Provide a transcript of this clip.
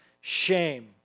shame